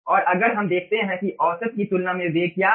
और अगर हम देखते हैं कि औसत की तुलना में वेग क्या है